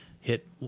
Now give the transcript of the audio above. Hit